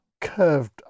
curved